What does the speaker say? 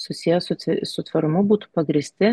susiję su tve su tvarumu būtų pagrįsti